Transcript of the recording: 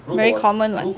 very common [what]